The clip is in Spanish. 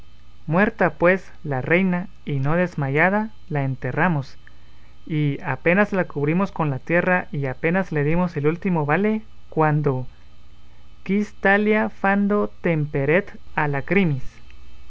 muerta pues la reina y no desmayada la enterramos y apenas la cubrimos con la tierra y apenas le dimos el último vale cuando quis talia fando temperet a